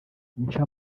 nca